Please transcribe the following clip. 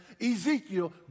Ezekiel